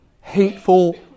hateful